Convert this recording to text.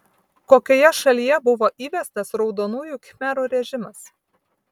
kokioje šalyje buvo įvestas raudonųjų khmerų režimas